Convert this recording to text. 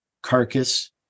carcass